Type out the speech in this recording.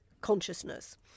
consciousness